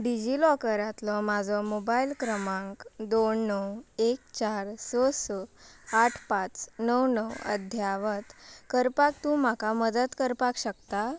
डिजी लॉकरांतलो म्हाजो मोबायल क्रमांक दोन णव एक चार स स आठ पांच णव णव अद्यावत करपाक तूं म्हाका मदत करपाक शकता